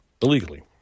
illegally